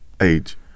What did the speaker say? age